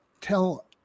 tell